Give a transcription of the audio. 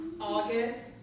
August